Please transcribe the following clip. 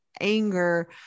anger